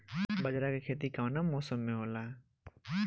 बाजरा के खेती कवना मौसम मे होला?